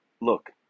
Look